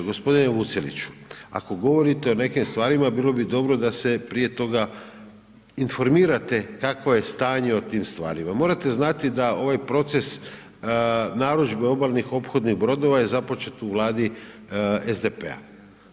G. Vuceliću, ako govorite o nekim stvarima, bilo bi dobro da se prije toga informirate kakvo je stanje o tim stvarima, morate znati da ovaj proces narudžbe obalnih ophodnih brodova je započet u Vladi SDP-a.